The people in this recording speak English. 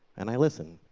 and i listen.